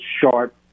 sharp